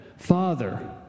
Father